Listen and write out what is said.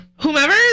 Whomever